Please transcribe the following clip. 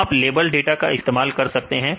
तो आप label data का इस्तेमाल कर सकते हैं